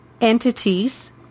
entities